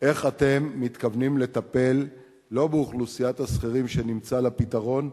איך אתם מתכוונים לטפל לא באוכלוסיית השכירים שנמצא לה פתרון,